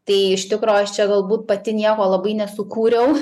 tai iš tikro aš čia galbūt pati nieko labai nesukūriau